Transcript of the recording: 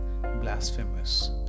blasphemous